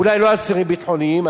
אולי לא אסירים ביטחוניים,